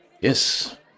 Yes